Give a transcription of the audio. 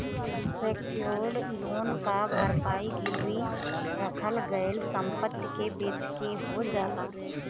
secured loan क भरपाई गिरवी रखल गयल संपत्ति के बेचके हो जाला